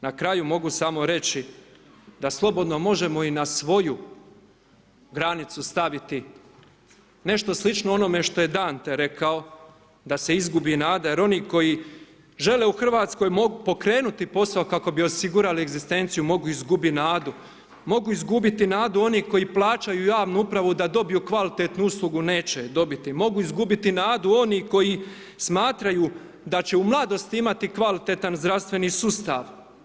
Na kraju mogu samo reći da slobodno možemo i na svoju granicu staviti nešto slično onome što je Dante rekao, da se izgubi nada jer oni koji žele u Hrvatskoj pokrenuti posao kako bi osigurali egzistenciju mogu izgubiti nadu, mogu izgubiti nadu oni koji plaćaju javnu upravu da dobiju kvalitetnu uslugu, neće je dobiti, mogu izgubiti nadu oni koji smatraju da će u mladosti imati kvalitetan zdravstveni sustav.